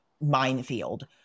minefield